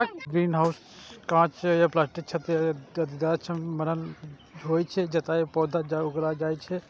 greenhouse कांच या प्लास्टिकक छत आ दीवार सं बनल होइ छै, जतय पौधा उगायल जाइ छै